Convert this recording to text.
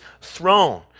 throne